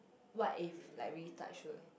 what if like we touch wood